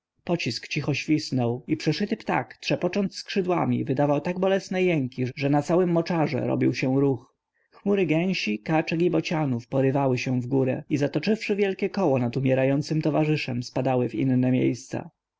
pocisk cicho świsnął i przeszyty ptak trzepocząc skrzydłami wydawał tak bolesne krzyki że na całym moczarze robił się ruch chmury gęsi kaczek i bocianów porywały się wgórę i zatoczywszy wielkie koło nad umierającym towarzyszem spadały w inne miejsca